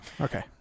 Okay